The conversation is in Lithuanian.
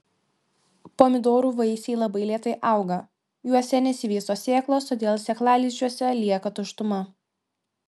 pomidorų vaisiai labai lėtai auga juose nesivysto sėklos todėl sėklalizdžiuose lieka tuštuma